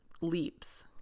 leaps